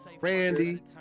Randy